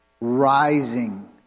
rising